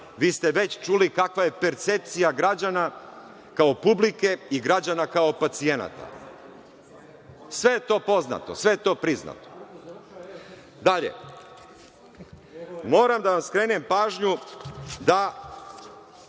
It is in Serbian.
Vi ste već čuli kakva je percepcija građana kao publike i građana kao pacijenata. Sve je to poznato, sve je to priznato. Dalje, moram da vam skrenem pažnju da